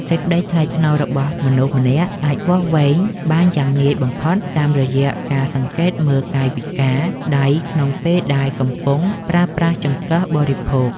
សេចក្តីថ្លៃថ្នូររបស់មនុស្សម្នាក់អាចវាស់វែងបានយ៉ាងងាយបំផុតតាមរយៈការសង្កេតមើលកាយវិការដៃក្នុងពេលដែលគេកំពុងប្រើប្រាស់ចង្កឹះបរិភោគ។